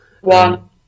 One